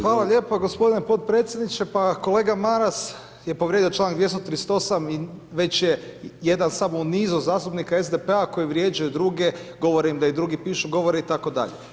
Hvala lijepo g. potpredsjedniče, pa kolega Maras je povrijedio čl. 238. i već je jedan samo u nizu zastupnika SDP-a koji vrijeđaju druge, govore im da i drugi pišu, govore itd.